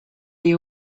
the